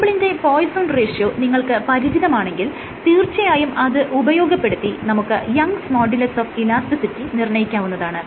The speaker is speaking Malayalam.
സാംപിളിന്റെ പോയ്സോൺ റേഷ്യോ നിങ്ങൾക്ക് പരിചിതമാണെങ്കിൽ തീർച്ചയായും അത് ഉപയോഗപ്പെടുത്തി നമുക്ക് യങ്സ് മോഡുലസ് ഓഫ് ഇലാസ്റ്റിസിറ്റി നിർണ്ണയിക്കാവുന്നതാണ്